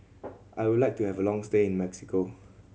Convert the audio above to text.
I would like to have a long stay in Mexico